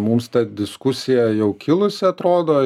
mums ta diskusija jau kilusi atrodo